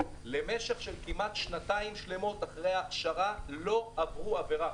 למשך כמעט שנתיים שלמות אחרי ההכשרה לא עברו עבירה.